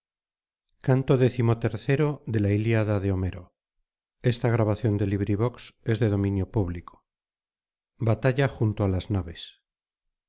batalla junto á las naves